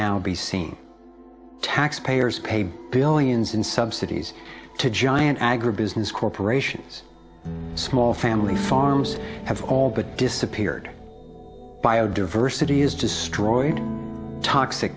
now be seen taxpayers pay billions in subsidies to giant agribusiness corporations small family farms have all but disappeared biodiversity is destroyed toxic